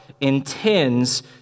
intends